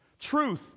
truth